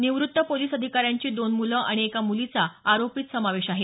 निव्त्त police अधिकाऱ्यांची दोन मुलं आणि एका मुलीचा आरोपीत समावेश आहे